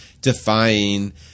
defying